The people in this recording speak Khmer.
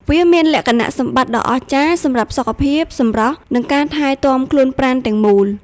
វាមានលក្ខណៈសម្បត្តិដ៏អស្ចារ្យសម្រាប់សុខភាព សម្រស់ និងការថែទាំខ្លួនប្រាណទាំងមូល។